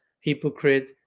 hypocrite